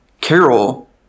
Carol